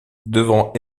devant